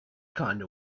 kinda